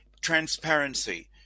transparency